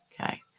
Okay